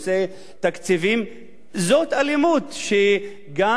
זאת אלימות שגם נותנת השראה,